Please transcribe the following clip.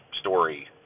story